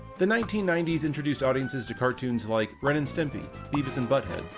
the nineteen ninety s introduced audiences to cartoons like ren and stimpy, beavis and butthead,